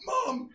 Mom